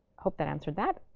hope that answered that.